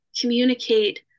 communicate